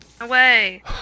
away